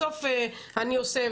בסוף אני עושה,